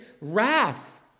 wrath